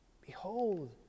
Behold